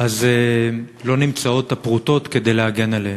אז לא נמצאות הפרוטות כדי להגן עליהם.